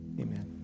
Amen